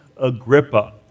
Agrippa